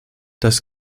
das